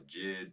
Jid